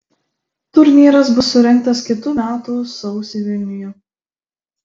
turnyras bus surengtas kitų metų sausį vilniuje